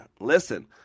listen